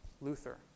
Luther